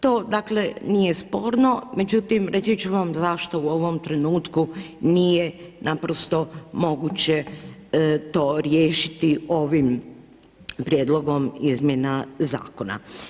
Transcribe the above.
To dakle nije sporno, međutim reći ću vam zašto u ovom trenutku nije naprosto moguće to riješiti ovim prijedlogom izmjena zakona.